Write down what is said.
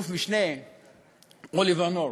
אלוף-משנה אוליבר נורת'.